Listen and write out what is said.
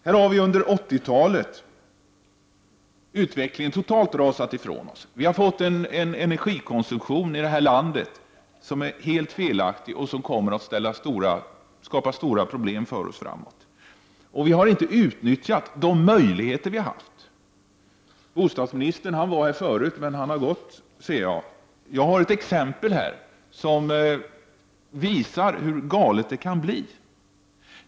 Utvecklingen under 80-talet har totalt rusat ifrån oss. Vi har fått en konstruktion av energiförsörjningen i det här landet som är helt felaktig och den kommer att skapa stora problem framöver. Vi har inte utnyttjat de möjligheter vi har haft. Jag ser att bostadsministern har gått, men jag har ett exempel som visar hur galet det kan bli.